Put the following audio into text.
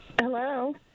Hello